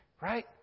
Right